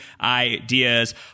ideas